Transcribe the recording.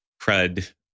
CRUD